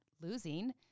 losing